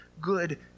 good